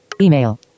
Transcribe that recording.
Email